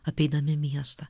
apeidami miestą